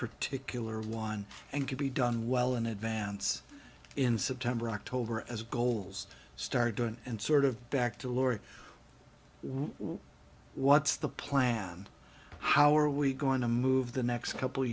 particular one and can be done well in advance in september or october as goals start doing and sort of back to laurie what's the plan how are we going to move the next couple